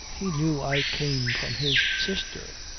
he knew i came from his sister.